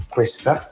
Questa